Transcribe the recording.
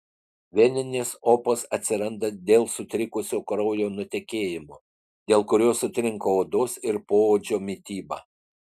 veninės opos atsiranda dėl sutrikusio kraujo nutekėjimo dėl kurio sutrinka odos ir poodžio mityba